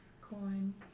Coin